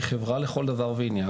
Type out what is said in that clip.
היא חברה לכל דבר ועניין.